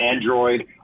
android